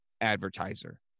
advertiser